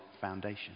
foundation